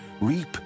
reap